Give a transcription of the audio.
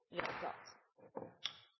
Ja,